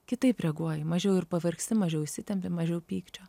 kitaip reaguoji mažiau ir pavargsti mažiau įsitempi mažiau pykčio